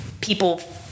people